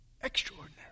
extraordinary